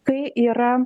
kai yra